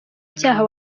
cyaha